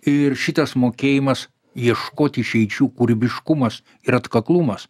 ir šitas mokėjimas ieškot išeičių kūrybiškumas ir atkaklumas